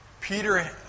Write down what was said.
Peter